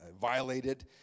violated